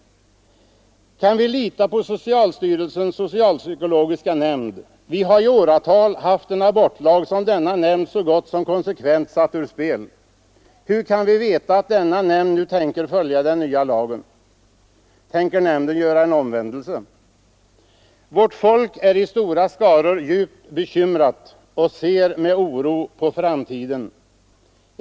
Kan vi lita på socialstyrelsens socialpsykiatriska nämnd? Vi har i åratal haft en abortlag, som denna nämnd så gott som konsekvent satt ur spel. Hur kan vi veta att denna nämnd nu tänker följa den nya lagen? Tänker nämnden göra en omvändelse? Stora skaror av vårt folk är djupt bekymrade och ser med oro på framtiden.